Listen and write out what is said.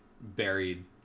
buried